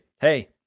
hey